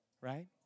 right